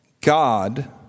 God